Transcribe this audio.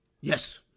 Yes